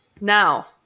Now